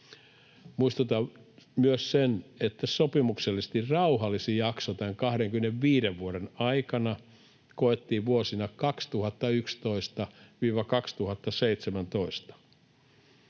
Muistutan myös siitä, että sopimuksellisesti rauhallisin jakso tämän 25 vuoden aikana koettiin vuosina 2011—2017,